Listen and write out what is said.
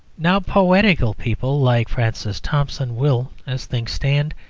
now, poetical people like francis thompson will, as things stand,